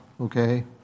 okay